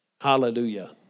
Hallelujah